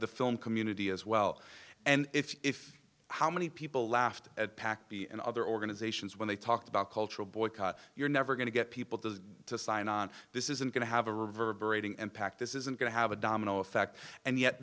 the film community as well and if how many people laughed at pac b and other organizations when they talked about cultural boycott you're never going to get people to sign on this isn't going to have a reverberating impact this isn't going to have a domino effect and yet